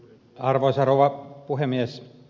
arvoisa rouva puhemies